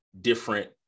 different